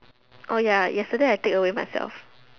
oh ya yesterday I take away myself